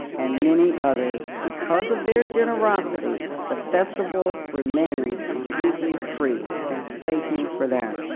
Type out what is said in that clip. and many others. because of their generosity, the festival remains completely free, and thank you for that.